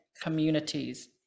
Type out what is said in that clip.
communities